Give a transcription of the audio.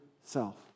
self